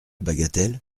bagatelle